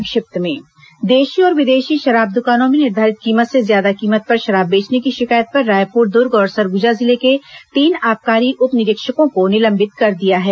संक्षिप्त समाचार देशी और विदेशी शराब दुकानों में निर्धारित कीमत से ज्यादा कीमत पर शराब बेचने की शिकायत पर रायपुर दुर्ग और सरगुजा जिले के तीन आबकारी उप निरीक्षकों को निलंबित कर दिया गया है